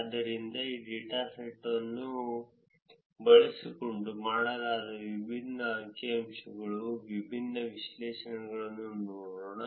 ಆದ್ದರಿಂದ ಈ ಡೇಟಾವನ್ನು ಬಳಸಿಕೊಂಡು ಮಾಡಲಾದ ವಿಭಿನ್ನ ಅಂಕಿಅಂಶಗಳು ವಿಭಿನ್ನ ವಿಶ್ಲೇಷಣೆಗಳನ್ನು ನೋಡೋಣ